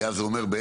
אני מדבר על